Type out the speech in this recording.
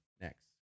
Next